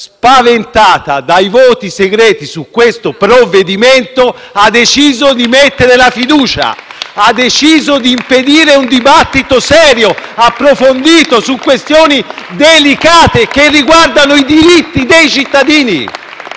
spaventata dai voti segreti su questo provvedimento, ha deciso di mettere la fiducia. Ha deciso di impedire un dibattito serio e approfondito su questioni delicate che riguardano i diritti dei cittadini.